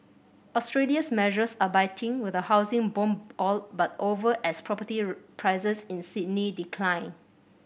Australia's measures are biting with a housing boom all but over as property prices in Sydney decline